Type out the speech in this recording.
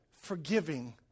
Forgiving